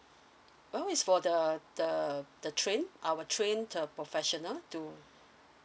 well is for the the the trained our trained uh professional to